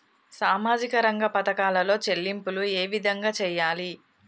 సామాజిక రంగ పథకాలలో చెల్లింపులు ఏ విధంగా చేయాలి?